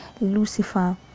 lucifer